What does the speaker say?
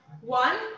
one